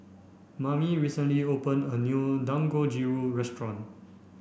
Mamie recently opened a new Dangojiru Restaurant